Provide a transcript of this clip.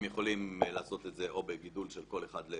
הם יכולים לעשות את זה או בגידול, או